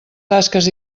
tasques